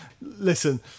Listen